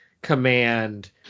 command